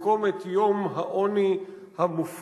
במקום את "יום העוני המופקר",